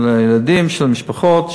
הילדים, של המשפחות?